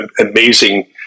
amazing